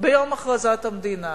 ביום הכרזת המדינה.